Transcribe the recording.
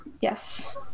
Yes